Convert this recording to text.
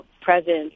presence